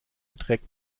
trägt